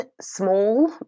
small